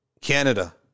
Canada